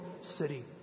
city